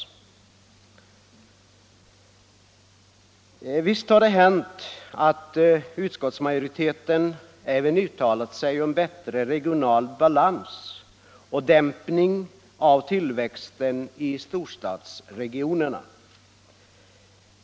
Visst har det hänt att utskottsmajoriteten även uttalat sig om bättre regional balans och dämpning av tillväxten i storstadsregionerna.